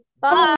Bye